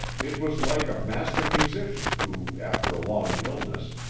it was like a master-musician who, after a long illness,